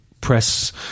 press